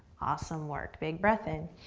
awesome work. big breath in.